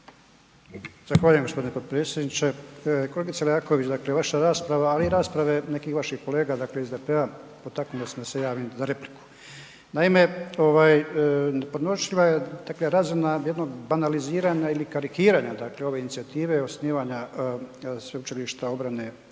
Zahvaljujem g. potpredsjedniče. Kolegice Leaković, dakle vaša rasprava ali i rasprave nekih vaših kolega, dakle SDP-a, potaknule su me da se javim za repliku. Naime, nepodnošljiva je dakle razumna jednog banaliziranja ili karikiranja dakle ove inicijative i osnivanja Sveučilišta obrane i